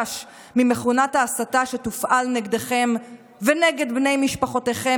ואני מבינה את החשש ממכונת ההסתה שתופעל נגדכם ונגד בני משפחותיכם,